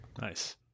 nice